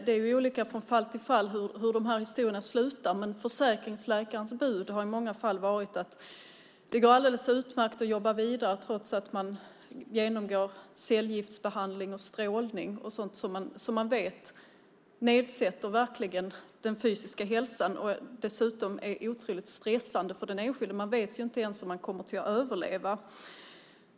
Det är olika från fall till fall hur de här historierna slutar, men försäkringsläkarens bud har i många fall varit att det går alldeles utmärkt att jobba vidare trots att man genomgår cellgiftsbehandling och strålning och sådant som man vet sätter ned den fysiska hälsan. Det är dessutom otroligt stressande för den enskilde. Man vet ju inte ens om man kommer att överleva.